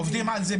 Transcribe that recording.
עובדים על זה,